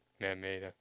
Man-made